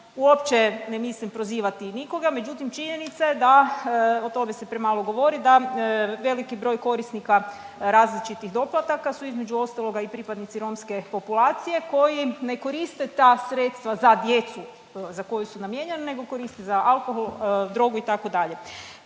uopće ne mislim prozivati nikoga međutim činjenica je da o tome se premalo govori, da veliki broj korisnika različitih doplataka su između ostaloga i pripadnici romske populacije koji ne koriste ta sredstva za djecu za koju su namijenjena, nego koriste za alkohol, drogu itd.